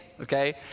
okay